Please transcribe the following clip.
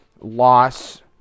loss